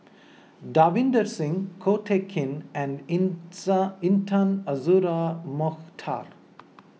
Davinder Singh Ko Teck Kin and Intan Azura Mokhtar